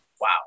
Wow